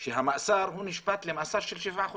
שהוא נשפט למאסר של שבעה חודשים,